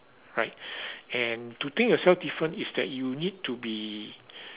right and to think yourself different is that you need to be